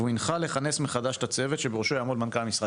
והוא הנחה לכנס מחדש את הצוות שבראשו יעמוד מנכ"ל המשרד,